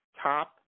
top